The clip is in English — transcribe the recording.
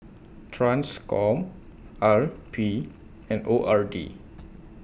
TRANSCOM R P and O R D